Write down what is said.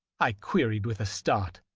i queried, with a start.